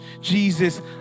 Jesus